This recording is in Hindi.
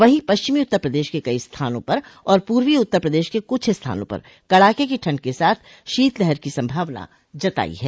वहीं पश्चिमी उत्तर प्रदेश के कई स्थानों पर और पूर्वी उत्तर प्रदेश के कुछ स्थानों पर कड़ाके की ठंड के साथ शीतलहर की संभावना जताई है